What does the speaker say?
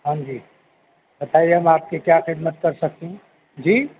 ہاں جی بتائیے ہم آپ کی کیا خدمت کر سکتے ہیں جی